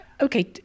okay